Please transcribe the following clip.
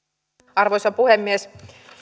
arvoisa puhemies